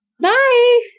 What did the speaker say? Bye